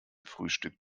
frühstück